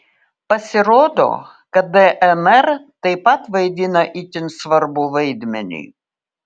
pasirodo kad dnr taip pat vaidina itin svarbų vaidmenį